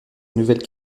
nouvelle